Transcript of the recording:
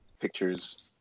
pictures